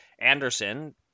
Anderson